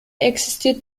existiert